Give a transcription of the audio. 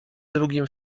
drugim